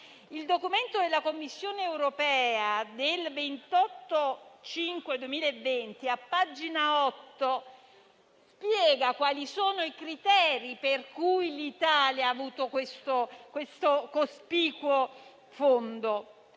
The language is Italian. Il documento della Commissione europea del 28 maggio 2020, a pagina 8, spiega quali sono i criteri per cui l'Italia ha avuto questo cospicuo fondo: